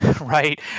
right